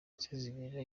sezibera